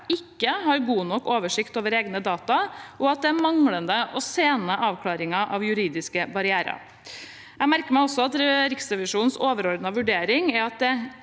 ikke har god nok oversikt over egne data, og at det er manglende og sene avklaringer av juridiske barrierer. Jeg merker meg at Riksrevisjonens overordnede vurdering er at det